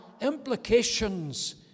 implications